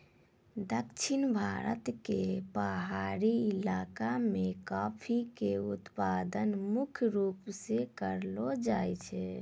दक्षिण भारत के पहाड़ी इलाका मॅ कॉफी के उत्पादन मुख्य रूप स करलो जाय छै